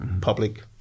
public